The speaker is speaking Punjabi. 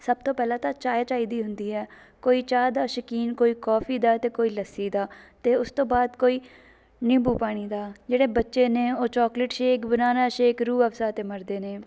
ਸਭ ਤੋਂ ਪਹਿਲਾਂ ਤਾਂ ਚਾਏ ਚਾਹੀਦੀ ਹੁੰਦੀ ਹੈ ਕੋਈ ਚਾਹ ਦਾ ਸ਼ੌਕੀਨ ਕੋਈ ਕੋਫੀ ਦਾ ਅਤੇ ਕੋਈ ਲੱਸੀ ਦਾ ਅਤੇ ਉਸ ਤੋਂ ਬਾਅਦ ਕੋਈ ਨਿੰਬੂ ਪਾਣੀ ਦਾ ਜਿਹੜੇ ਬੱਚੇ ਨੇ ਉਹ chocolate shake banana shake Rooh Afza 'ਤੇ ਮਰਦੇ ਨੇ